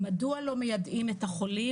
מדוע לא מיידעים את החולים?